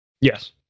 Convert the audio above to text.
Yes